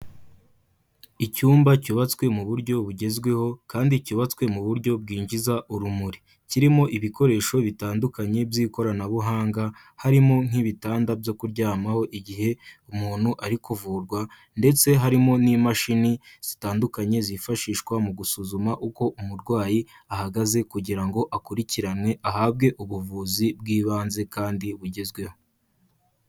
Icyumba cyubatswe mu buryo bugezweho kandi cyubatswe mu buryo bwinjiza urumuri, kirimo ibikoresho bitandukanye by'ikoranabuhanga, harimo nk'ibitanda byo kuryamaho igihe umuntu ari kuvurwa, ndetse harimo n'imashini zitandukanye zifashishwa mu gusuzuma uko umurwayi ahagaze kugira ngo, akurikiranwe ahabwe ubuvuzi bw'ibanze kandi bugezweho.